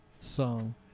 song